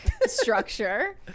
structure